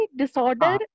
disorder